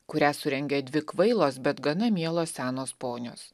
kurią surengė dvi kvailos bet gana mielos senos ponios